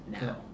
now